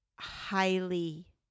highly